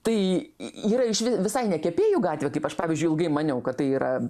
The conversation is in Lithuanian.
tai yra išvi visai ne kepėjų gatvių kaip aš pavyzdžiui ilgai maniau kad tai yra